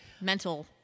mental